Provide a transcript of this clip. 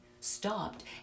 stopped